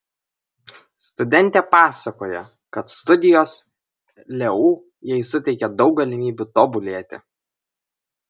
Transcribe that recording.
studentė pasakoja kad studijos leu jai suteikia daug galimybių tobulėti